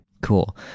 Cool